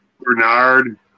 Bernard